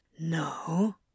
No